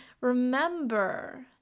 remember